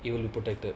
it will be protected